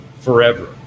forever